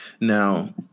Now